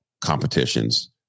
competitions